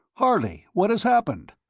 harley! what has happened?